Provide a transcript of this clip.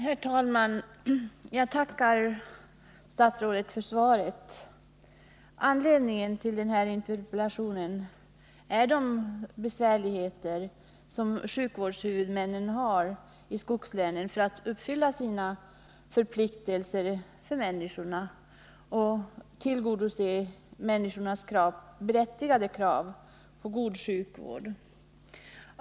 Herr talman! Jag tackar statsrådet för svaret. Anledningen till min interpellation är de besvärligheter som sjukvårdshuvudmännen i skogslänen har att uppfylla sina förpliktelser mot människorna och tillgodose deras berättigade krav på god sjukvård.